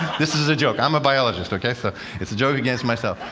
this is a joke. i'm a biologist, ok? so it's a joke against myself.